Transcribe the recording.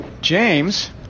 James